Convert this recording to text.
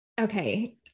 Okay